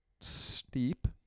steep